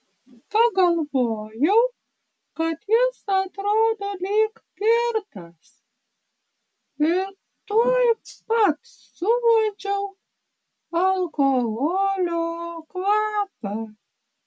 pagalvojau kad jis atrodo lyg girtas ir tuoj pat suuodžiau alkoholio kvapą